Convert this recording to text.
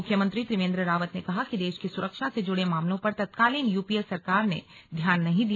मुख्यमंत्री त्रिवेंद्र रावत ने कहा कि देश की सुरक्षा से जुड़े मामलों पर तत्कालीन यूपीए सरकार ने ध्यान नहीं दिया